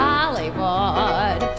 Hollywood